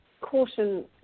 caution